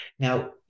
Now